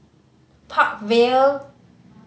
Park Vale